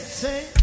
say